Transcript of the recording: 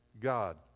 God